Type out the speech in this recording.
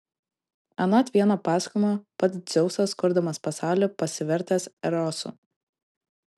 anot vieno pasakojimo pats dzeusas kurdamas pasaulį pasivertęs erosu